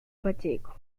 pacheco